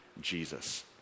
Jesus